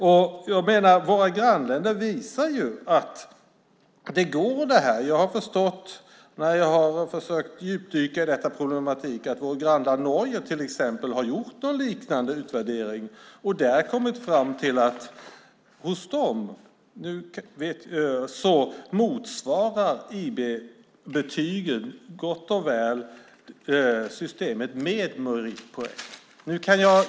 Jag menar att våra grannländer visar att det här går. Jag har när jag har försökt att djupdyka i denna problematik förstått att till exempel vårt grannland Norge har gjort en liknande utvärdering och därtill kommit fram till att hos dem motsvarar IB-betygen gott och väl systemet med meritpoäng.